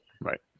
Right